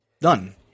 Done